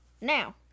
now